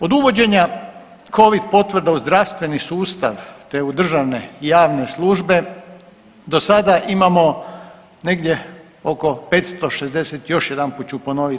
Od uvođenja covid potvrda u zdravstveni sustav te u državne i javne službe do sada imamo negdje oko 560, još jedanput ću ponovit